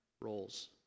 roles